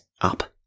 up